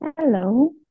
Hello